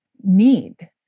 need